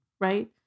right